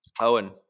owen